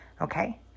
Okay